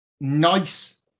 nice